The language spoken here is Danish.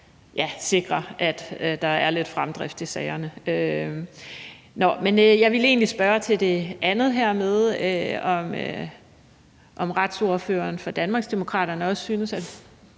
sikre, at der er lidt fremdrift i sagerne. Nå, jeg ville egentlig spørge til det andet med, om retsordføreren for Danmarksdemokraterne også synes, at